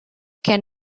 can